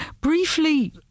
Briefly